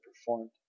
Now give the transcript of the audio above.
performed